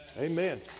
Amen